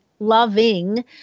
loving